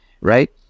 Right